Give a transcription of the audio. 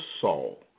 Saul